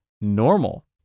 normal